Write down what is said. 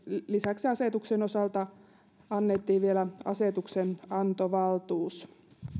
lisäksi asetuksen osalta annettiin vielä asetuksenantovaltuus